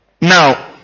Now